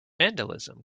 vandalism